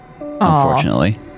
unfortunately